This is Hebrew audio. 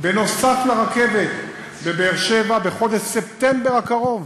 נוסף על רכבת בבאר-שבע, בחודש ספטמבר הקרוב,